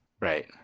Right